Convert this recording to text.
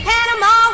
Panama